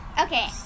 Okay